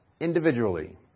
individually